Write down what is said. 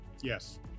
yes